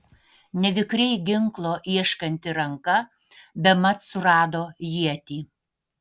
nevikriai ginklo ieškanti ranka bemat surado ietį